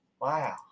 Wow